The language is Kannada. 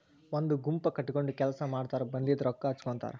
ಒಂದ ಗುಂಪ ಕಟಗೊಂಡ ಕೆಲಸಾ ಮಾಡತಾರ ಬಂದಿದ ರೊಕ್ಕಾ ಹಂಚಗೊತಾರ